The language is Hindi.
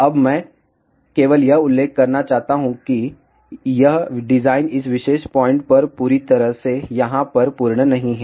अब मैं केवल यह उल्लेख करना चाहता हूं कि यह डिज़ाइन इस विशेष पॉइंट पर पूरी तरह से यहाँ पर पूर्ण नहीं है